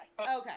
Okay